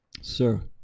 Sir